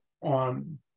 on